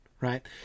right